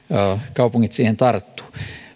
kaupungit siihen tarttuvat